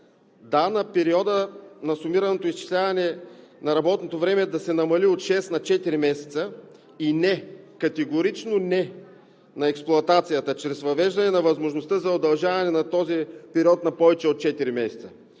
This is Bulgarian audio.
да на периода на сумираното изчисляване на работното време да се намали от шест на четири месеца; и не – категорично не на експлоатацията чрез въвеждане на възможността за удължаване на този период на повече от четири месеца,